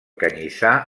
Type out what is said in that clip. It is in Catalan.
canyissar